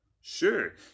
Sure